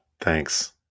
thanks